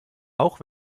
auch